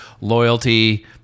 loyalty